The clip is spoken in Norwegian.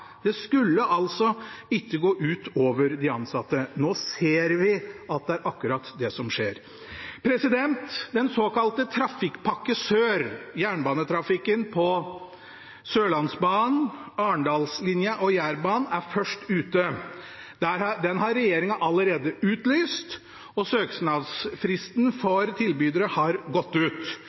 Det skulle altså ikke gå ut over de ansatte. Nå ser vi at det er akkurat det som skjer. Den såkalte Trafikkpakke 1 Sør – jernbanetrafikken på Sørlands-, Arendals- og Jærbanen – er først ute. Den har regjeringen allerede utlyst, og søknadsfristen for tilbydere har gått ut.